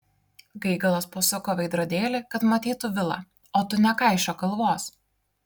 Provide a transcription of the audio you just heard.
gaigalas pasuko veidrodėlį kad matytų vilą o tu nekaišiok galvos